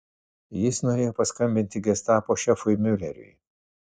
jis norėjo paskambinti gestapo šefui miuleriui